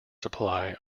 supply